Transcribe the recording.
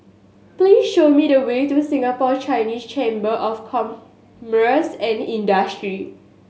please show me the way to Singapore Chinese Chamber of Commerce and Industry